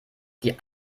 die